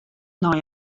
nei